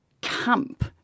camp